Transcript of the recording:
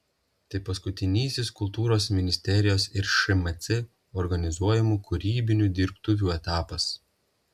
tai paskutinysis kultūros ministerijos ir šmc organizuojamų kūrybinių dirbtuvių etapas